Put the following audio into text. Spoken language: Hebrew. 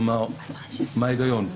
כלומר, מה ההיגיון?